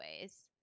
ways